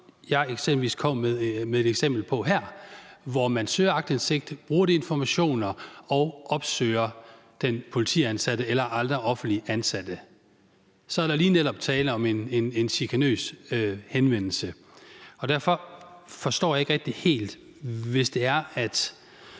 som dem, jeg kom med et eksempel på her, hvor man søger aktindsigt, bruger de informationer og opsøger den politiansatte eller andre offentligt ansatte, så er der lige netop tale om en chikanøs henvendelse. Og derfor forstår jeg det ikke rigtig, hvis Liberal